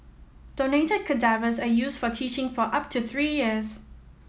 donated cadavers are used for teaching for up to three years